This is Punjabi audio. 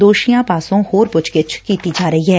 ਦੋਸ਼ੀਆਂ ਪਾਸੋਂ ਹੋਰ ਪੁੱਛਗਿੱਛ ਕੀਤੀ ਜਾ ਰਹੀ ਏ